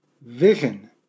vision